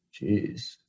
Jeez